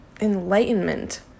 enlightenment